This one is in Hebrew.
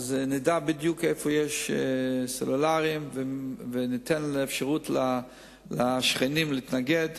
נדע בדיוק איפה יש אנטנות סלולריות וניתן אפשרות לשכנים להתנגד.